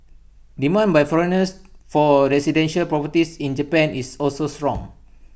demand by foreigners for residential properties in Japan is also strong